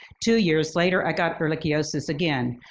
two years later i got ehrlichiosis again.